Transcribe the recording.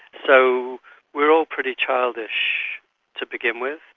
so we are all pretty childish to begin with.